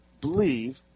believe